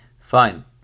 Fine